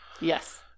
Yes